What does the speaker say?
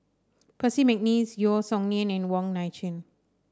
Percy McNeice Yeo Song Nian and Wong Nai Chin